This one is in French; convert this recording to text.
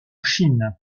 chine